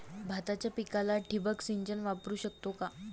भाताच्या पिकाला ठिबक सिंचन वापरू शकतो का?